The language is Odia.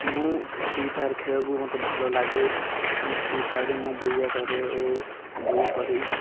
ମୁଁ ଫ୍ରି ଫାୟାର୍ ଖେଳକୁ ମୋତେ ଭଲ ଲାଗେ ମୁଁ ଫ୍ରି ଫାୟାର୍ରେ ମୁଁ ବୋୟା କରେ ଓ ବୋୟା କରେ